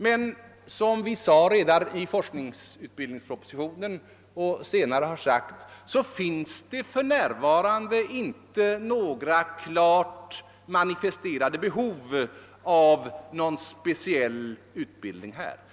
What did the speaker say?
Men såsom framhölls redan i forskningsoch utbildningspropositionen och även senare finns det för närvarande inte klart manifesterade behov av en speciell utbildning av detta slag.